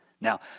Now